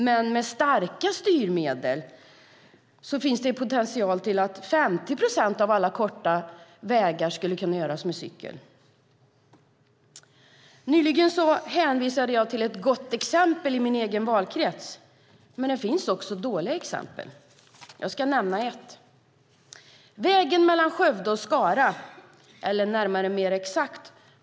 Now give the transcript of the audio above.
Med starka styrmedel finns det potential för att 50 procent av alla kortväga resor skulle kunna göras med cykel. Nyligen hänvisade jag till ett gott exempel i min valkrets. Det finns också dåliga exempel, och jag ska nämna ett.